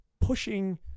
pushing